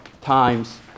times